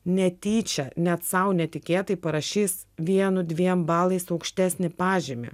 netyčia net sau netikėtai parašys vienu dviem balais aukštesnį pažymį